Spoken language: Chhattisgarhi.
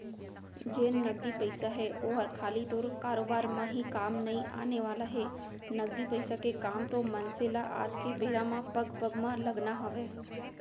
जेन नगदी पइसा हे ओहर खाली तोर कारोबार म ही काम नइ आने वाला हे, नगदी पइसा के काम तो मनसे ल आज के बेरा म पग पग म लगना हवय